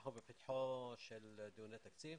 אנחנו בפתח דיוני תקציב